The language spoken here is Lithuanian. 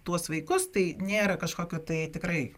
tuos vaikus tai nėra kažkokio tai tikrai